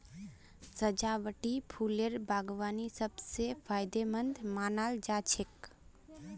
सजावटी फूलेर बागवानी सब स फायदेमंद मानाल जा छेक